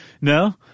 No